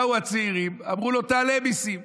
באו הצעירים ואמרו לו: תעלה מיסים.